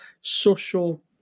social